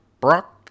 Brock